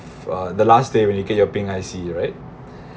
uh the last day when you get your pink I_C right